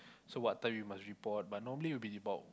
so what time we must report but normally it will be about